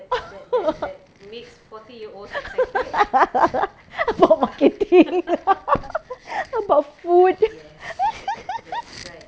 about marketing about food